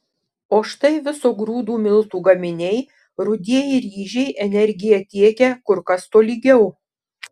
o štai viso grūdo miltų gaminiai rudieji ryžiai energiją tiekia kur kas tolygiau